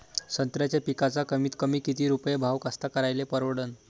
संत्र्याचा पिकाचा कमीतकमी किती रुपये भाव कास्तकाराइले परवडन?